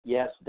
Yes